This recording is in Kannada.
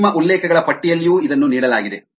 ನಿಮ್ಮ ಉಲ್ಲೇಖಗಳ ಪಟ್ಟಿಯಲ್ಲಿಯೂ ಇದನ್ನು ನೀಡಲಾಗಿದೆ